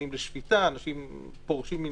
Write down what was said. אנשים מתמנים לשפיטה, אנשים פורשים.